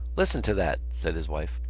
listen to that! said his wife.